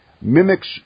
Mimics